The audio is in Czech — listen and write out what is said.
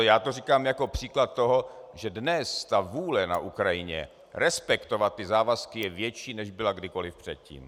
Já to říkám jako příklad toho, že dnes ta vůle na Ukrajině respektovat závazky je větší než kdykoli předtím.